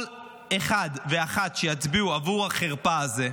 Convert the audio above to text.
כל אחד ואחת שיצביעו עבור החרפה הזאת,